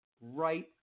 Right